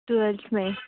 twelfth میں